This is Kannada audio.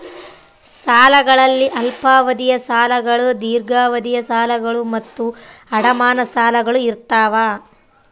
ಸಾಲಗಳಲ್ಲಿ ಅಲ್ಪಾವಧಿಯ ಸಾಲಗಳು ದೀರ್ಘಾವಧಿಯ ಸಾಲಗಳು ಮತ್ತು ಅಡಮಾನ ಸಾಲಗಳು ಇರ್ತಾವ